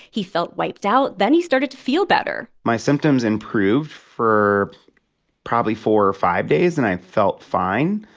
he felt wiped out. then he started to feel better my symptoms improved for probably four or five days, and i felt fine.